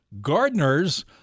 Gardeners